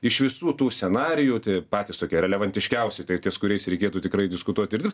iš visų tų scenarijų tie patys tokie relevantiškiausi tai ties kuriais reikėtų tikrai diskutuoti ir